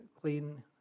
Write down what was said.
clean